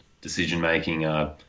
decision-making